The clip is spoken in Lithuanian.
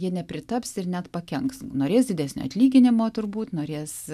jie nepritaps ir net pakenks norės didesnio atlyginimo turbūt norės